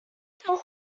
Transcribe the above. horn